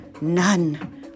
None